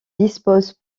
dispose